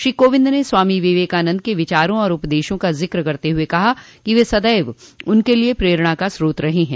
श्री कोविंद ने स्वामी विवेकानन्द के विचारों और उपदेशों का जिक्र करते हुए कहा कि वे सदैव उनके लिये प्रेरणा का स्रोत रहें हैं